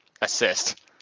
assist